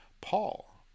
Paul